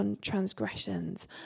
transgressions